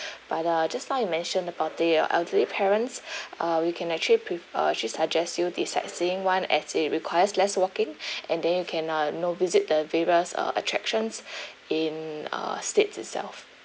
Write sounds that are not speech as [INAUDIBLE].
but uh just now you mentioned about the elderly parents [BREATH] uh we can actually pr~ uh actually suggest you the sightseeing one as it requires less walking [BREATH] and then you can uh know visit the various uh attractions [BREATH] in uh states itself